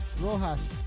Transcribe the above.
Rojas